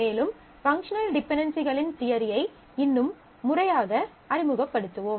மேலும் பங்க்ஷனல் டிபென்டென்சிகளின் தியரியை இன்னும் முறையாக அறிமுகப்படுத்துவோம்